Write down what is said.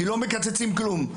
כי לא מקצצים כלום.